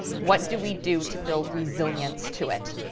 what do we do to build resilience to it?